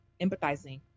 empathizing